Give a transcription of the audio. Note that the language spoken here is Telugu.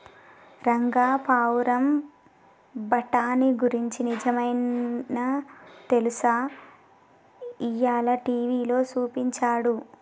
రంగా పావురం బఠానీ గురించి నిజమైనా తెలుసా, ఇయ్యాల టీవీలో సూపించాడు